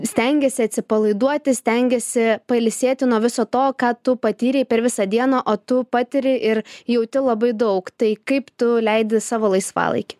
stengiesi atsipalaiduoti stengiesi pailsėti nuo viso to ką tu patyrei per visą dieną o tu patiri ir jauti labai daug tai kaip tu leidi savo laisvalaikį